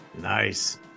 Nice